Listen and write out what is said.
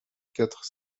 quatre